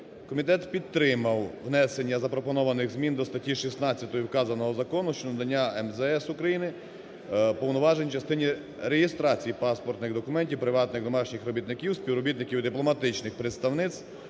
Комітет підтримав внесення запропонованих змін до статті 16 вказаного закону щодо надання МЗС України повноважень в частині реєстрації паспортних документів приватних домашніх робітників, співробітників дипломатичних представництв